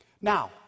Now